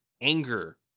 anger